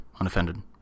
Unoffended